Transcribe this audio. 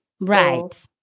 right